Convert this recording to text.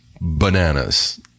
bananas